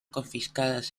confiscadas